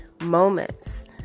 moments